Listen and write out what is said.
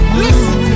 listen